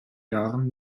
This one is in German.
jahren